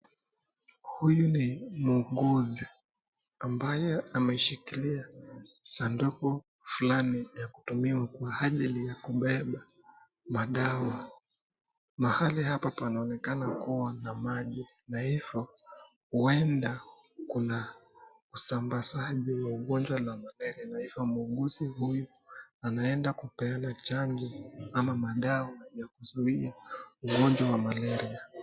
Huyu ni muuguzi ambaye ameshikilia sanduku fulani ya kutumiwa kwa ajili ya kubeba madawa. Mahali hapa panaonekana kuwa na maji na hivyo huenda kuna usambazaji wa ugonjwa la malaria na hivyo muuguzi huyu anaenda kupeana chanjo ama madawa ya kuzuia ugonjwa wa malaria.